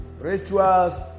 rituals